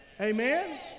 Amen